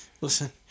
Listen